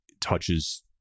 touches